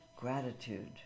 gratitude